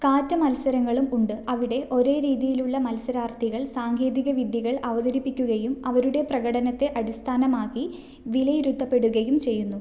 കാറ്റ മത്സരങ്ങളും ഉണ്ട് അവിടെ ഒരേ രീതിയിലുള്ള മത്സരാർത്ഥികൾ സാങ്കേതിക വിദ്യകൾ അവതരിപ്പിക്കുകയും അവരുടെ പ്രകടനത്തെ അടിസ്ഥാനമാക്കി വിലയിരുത്തപ്പെടുകയും ചെയ്യുന്നു